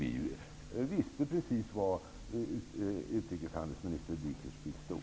Vi visste precis var utrikeshandelsminister